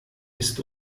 ist